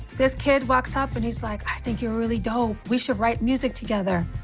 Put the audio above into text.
this kid walks up, and he's like, i think you really dope. we should write music together.